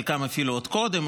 חלקן אפילו עוד קודם,